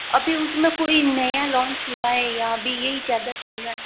अभी उसमें कोई नया लोंच हुआ है या अभी यही ज़्यादा चल रहा है